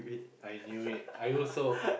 I knew it I also